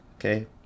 okay